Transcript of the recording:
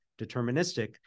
deterministic